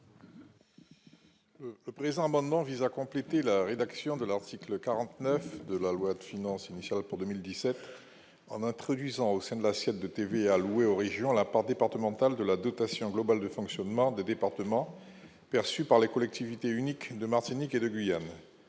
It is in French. Le présent amendement vise à compléter la rédaction de l'article 49 de la loi de finances initiale pour 2017 en introduisant au sein de l'assiette de TV alloués aux régions la part départementale de la dotation globale de fonctionnement de départements perçu par les collectivités unique de Martinique et de Guyane,